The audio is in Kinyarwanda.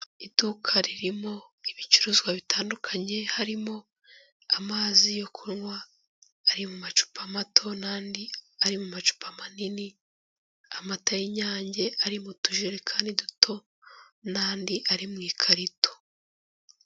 Iduka ririmo ibicuruzwa bitandukanye harimo amazi yo kunywa ari mu macupa mato, n'andi ari mu macupa manini. Amata y'inyange ari mu tujerekani duto, n'andi ari mu ikarito.